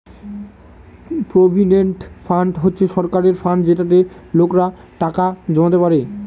provident fund হচ্ছে সরকারের fund যেটাতে লোকেরা টাকা জমাতে পারে